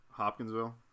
Hopkinsville